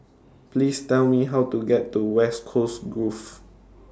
Please Tell Me How to get to West Coast Grove